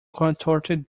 contorted